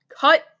cut